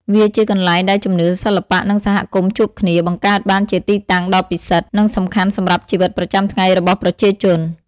វាជាកន្លែងដែលជំនឿ សិល្បៈ និងសហគមន៍ជួបគ្នា បង្កើតបានជាទីតាំងដ៏ពិសិដ្ឋ និងសំខាន់សម្រាប់ជីវិតប្រចាំថ្ងៃរបស់ប្រជាជន។